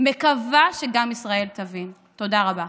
מקווה שגם ישראל תבין, תודה רבה.